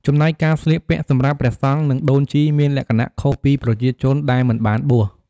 ចំណែកការស្លៀកពាក់សម្រាប់ព្រះសង្ឃនិងដូនជីមានលក្ខណះខុសពីប្រជាជនដែលមិនបានបួស ។